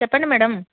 చెప్పండి మేడం